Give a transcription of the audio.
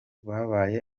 babaye